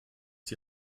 die